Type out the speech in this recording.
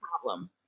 problem